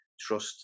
trust